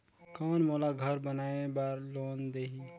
कौन मोला घर बनाय बार लोन देही?